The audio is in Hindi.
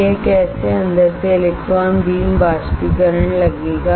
यह कैसे अंदर से इलेक्ट्रॉन बीम बाष्पीकरण लगेगा